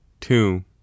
two